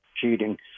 cheating